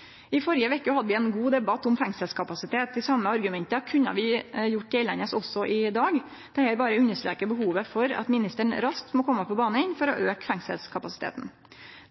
i glattcelle. I førre veke hadde vi ein god debatt om fengselskapasitet. Dei same argumenta kunne vi gjort gjeldande også i dag. Dette berre understrekar behovet for at ministeren raskt må kome på banen for å auke fengselskapasiteten.